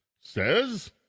says